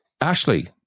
Ashley